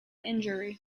injury